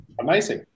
Amazing